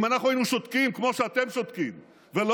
אם אנחנו היינו שותקים כמו שאתם שותקים ולא